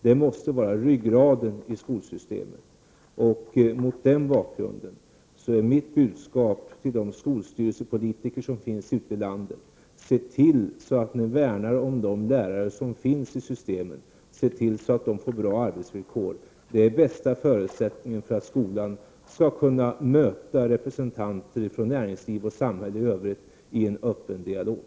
Det måste vara ryggraden i skolsystemet. Mot denna bakgrund är mitt budskap till politikernå i skolstyrelserna runt om i landet: Se till att ni värnar om de lärare som finns i systemet, och se till att de får bra arbetsvillkor. Det är den viktigaste förutsättningen för att skolan skall kunna möta representanter från näringsliv och samhälle i en öppen dialog.